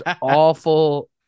awful